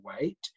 weight